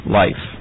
life